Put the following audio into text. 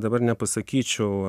dabar nepasakyčiau